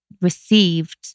received